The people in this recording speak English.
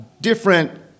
different